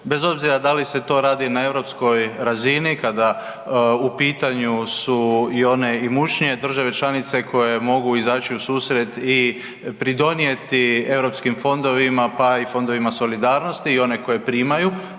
bez obzira da li se to radi na europskoj razini kada u pitanju su i one imućnije države članice koje mogu izaći u susret i pridonijeti Europskim fondovima pa i fondovima solidarnosti i one koje primaju